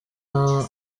aho